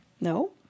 No